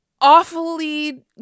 awfully